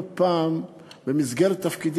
לא פעם במסגרת תפקידי,